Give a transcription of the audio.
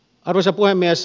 arvoisa puhemies